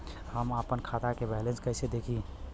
हम आपन खाता क बैलेंस कईसे देखी?